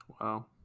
wow